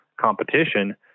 competition